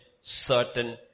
certain